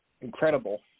incredible